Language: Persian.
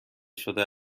شده